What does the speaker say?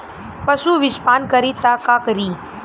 पशु विषपान करी त का करी?